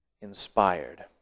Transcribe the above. inspired